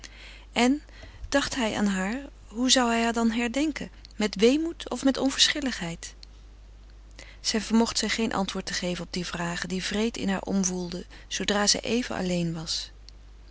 en dacht hij aan haar hoe zou hij haar dan herdenken met weemoed of met onverschilligheid zij vermocht zich geen antwoord te geven op die vragen die wreed in haar omwoelden zoodra zij even alleen was